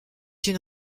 une